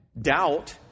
doubt